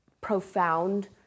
profound